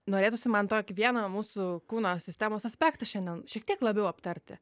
norėtųsi man tokį vieną mūsų kūno sistemos aspektą šiandien šiek tiek labiau aptarti